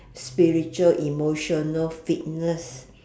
spiritual emotional fitness